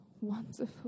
wonderful